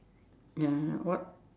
ya what